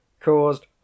caused